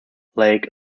lake